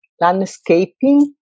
landscaping